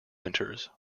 winters